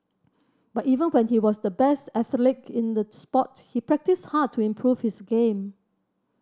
but even when he was the best athlete in the sport he practised hard to improve his game